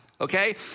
okay